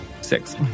Six